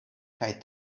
kaj